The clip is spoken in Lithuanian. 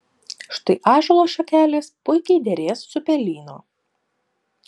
štai ąžuolo šakelės puikiai derės su pelyno